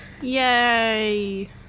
Yay